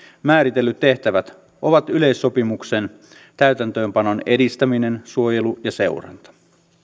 määritellyt tehtävät ovat yleissopimuksen täytäntöönpanon edistäminen suojelu ja seuranta